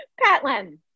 Patlin